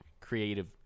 creative